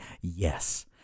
yes